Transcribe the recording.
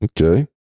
Okay